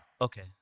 Okay